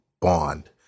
Bond